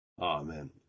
Amen